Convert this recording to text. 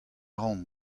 ran